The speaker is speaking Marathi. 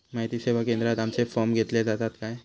माहिती सेवा केंद्रात आमचे फॉर्म घेतले जातात काय?